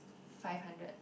five hundred